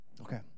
Okay